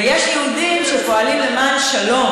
ויש יהודים שפועלים למען שלום,